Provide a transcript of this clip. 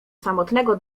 samotnego